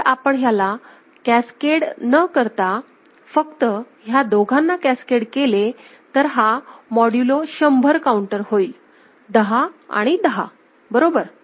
जर आपण ह्याला कॅस्केड न करता फक्त ह्या दोघांना कॅस्केड केले तर हा मॉड्यूलो 100 काऊंटर होईल दहा आणि दहा बरोबर